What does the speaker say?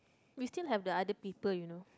we still have the other people you know